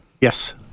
Yes